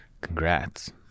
congrats